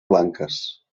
blanques